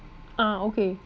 ah okay